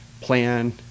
plan